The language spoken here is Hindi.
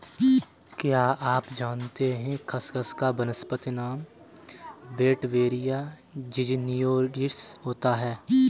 क्या आप जानते है खसखस का वानस्पतिक नाम वेटिवेरिया ज़िज़नियोइडिस होता है?